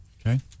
Okay